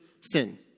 sin